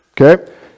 Okay